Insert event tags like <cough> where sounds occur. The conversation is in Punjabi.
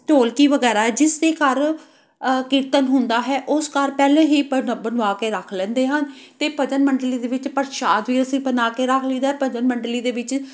ਢੋਲਕੀ ਵਗੈਰਾ ਜਿਸ ਦੇ ਘਰ ਕੀਰਤਨ ਹੁੰਦਾ ਹੈ ਉਸ ਘਰ ਪਹਿਲੇ ਹੀ <unintelligible> ਬਣਵਾ ਕੇ ਰੱਖ ਲੈਂਦੇ ਹਨ ਅਤੇ ਭਜਨ ਮੰਡਲੀ ਦੇ ਵਿੱਚ ਪ੍ਰਸ਼ਾਦ ਵੀ ਅਸੀਂ ਬਣਾ ਕੇ ਰੱਖ ਲਈਦਾ ਭਜਨ ਮੰਡਲੀ ਦੇ ਵਿੱਚ